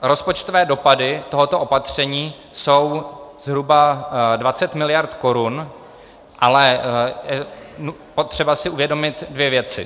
Rozpočtové dopady tohoto opatření jsou zhruba 20 mld. korun, ale je potřeba si uvědomit dvě věci.